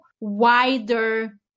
wider